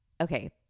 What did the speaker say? Okay